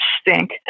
stink